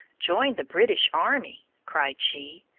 join the british army! cried she.